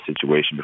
situation